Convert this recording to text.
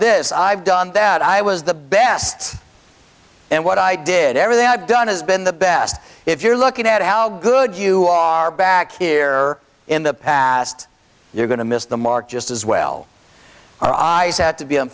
this i've done that i was the best and what i did everything i've done has been the best if you're looking at how good you are back here in the past you're going to miss the mark just as well i said to be